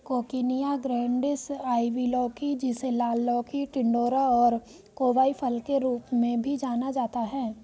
coccinia grandis, ivy लौकी, जिसे लाल लौकी, टिंडोरा और कोवाई फल के रूप में भी जाना जाता है